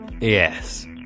Yes